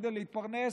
כדי להתפרנס.